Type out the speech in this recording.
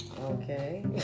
Okay